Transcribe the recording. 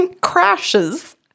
crashes